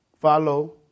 follow